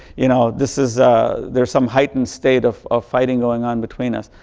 you know, this is there's some heightened state of of fighting going on between us.